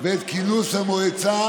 ואת כינוס המועצה